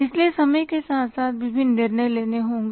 इसलिए समय के साथ साथ विभिन्न निर्णय लेने होंगे